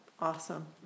awesome